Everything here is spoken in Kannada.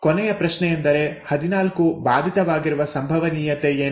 ಕೊನೆಯ ಪ್ರಶ್ನೆಯೆಂದರೆ 14 ಬಾಧಿತವಾಗಿರುವ ಸಂಭವನೀಯತೆ ಏನು